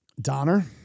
Donner